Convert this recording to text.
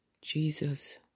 Jesus